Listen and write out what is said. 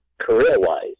career-wise